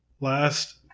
last